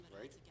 right